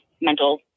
mental